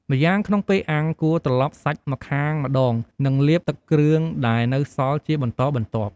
ម្យ៉ាងក្នុងពេលអាំង គួរត្រឡប់សាច់ម្ខាងម្ដង និងលាបទឹកគ្រឿងដែលនៅសល់ជាបន្តបន្ទាប់។